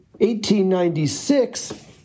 1896